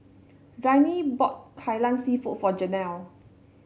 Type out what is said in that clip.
Ryne bought Kai Lan seafood for Janelle